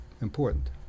important